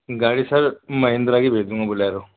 گاڑی سر مہندرا کی بھیج دوں گا بولیرو